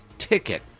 Ticket